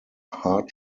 heart